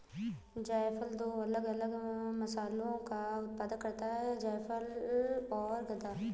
जायफल दो अलग अलग मसालों का उत्पादन करता है जायफल और गदा